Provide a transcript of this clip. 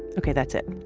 ok, that's it.